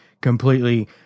completely